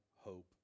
hope